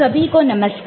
सभी को नमस्कार